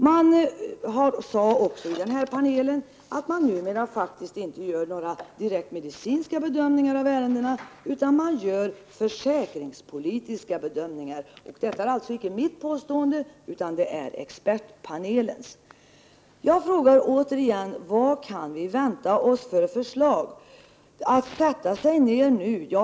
Man sade också i den här panelen att det numera faktiskt inte görs några direkta medicinska bedömningar av ärendena, utan det görs försäkringspolitiska bedömningar. Detta är alltså icke mitt påstående, utan det är expertpane lens. Jag frågar återigen: Vilka förslag kan vi vänta oss?